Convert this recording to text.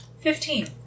Fifteen